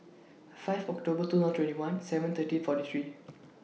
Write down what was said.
five October two thousand and twenty one seven thirty forty three